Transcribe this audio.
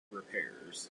repairs